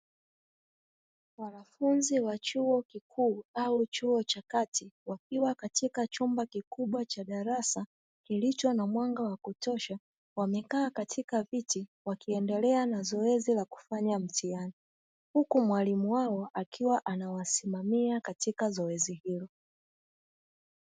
Wanafunzi wa chuo kikuu au chuo cha kati, wakiwa katika chumba kikubwa cha darasa; kilicho na mwanga wa kutosha, wamekaa katika viti wakiendelea na zoezi la kufanya mtihani, huku mwalimu wao akiwa anawasimamia katika zoezi hilo.